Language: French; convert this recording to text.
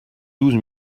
douze